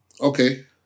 Okay